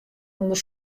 ûnder